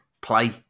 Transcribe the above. play